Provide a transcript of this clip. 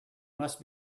must